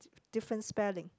different spelling